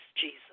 Jesus